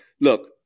look